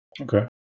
Okay